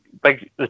big